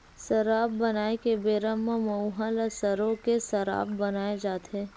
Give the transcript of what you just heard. सराब बनाए के बेरा म मउहा ल सरो के सराब बनाए जाथे